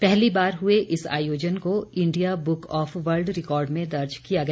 पहली बार हुए इस आयोजन को India book of world record में दर्ज किया गया